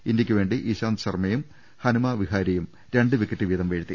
ഇന്ത്യക്ക് വേണ്ടി ഇശാന്ത് ശർമയും ഹനുമ വിഹാരിയും രണ്ട് വിക്കറ്റ് വീതം വീഴ്ത്തി